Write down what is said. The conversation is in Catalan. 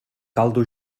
caldo